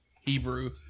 Hebrew